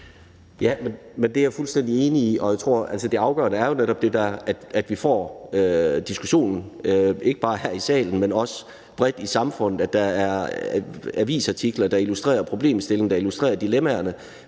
Ja, det er jeg fuldstændig enig i. Det afgørende er jo netop, at vi får diskussionen ikke bare her i salen, men også bredt i samfundet, at der er avisartikler, der illustrerer problemstillingen, der illustrerer dilemmaerne,